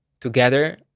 together